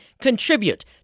contribute